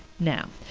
now,